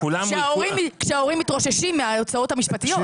כשההורים מתרוששים מההוצאות המשפטיות.